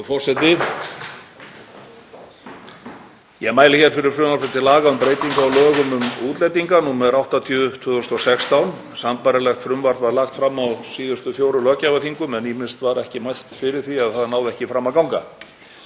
SPEECH_BEGIN Ég mæli fyrir frumvarpi til laga um breytingu á lögum um útlendinga, nr. 80/2016. Sambærilegt frumvarp var lagt fram á síðustu fjórum löggjafarþingum en ýmist var ekki mælt fyrir því eða það náði ekki fram að ganga.